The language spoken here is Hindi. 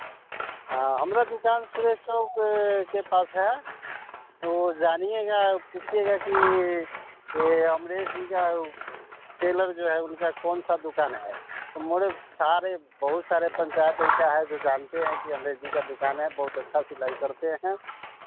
हमरा दुकान सुरेश चौक के पास है तो वह जानिएगा पूछिएगा कि यह अमरेश जी का टेलर जो है उनका कौन सा दुकान है तो मोड़े सारे बहुत सारे पंचायत एसा है जो जानते हैं कि अमरेश जी का दुकान है बहुत अच्छा सिलाई करते हैं